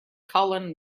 colin